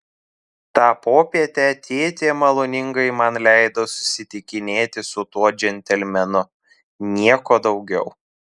tą popietę tėtė maloningai man leido susitikinėti su tuo džentelmenu nieko daugiau